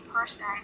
person